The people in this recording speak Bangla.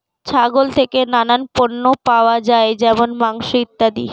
ছাগল থেকে নানা পণ্য পাওয়া যায় যেমন মাংস, ইত্যাদি